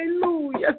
Hallelujah